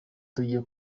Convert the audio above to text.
tugiye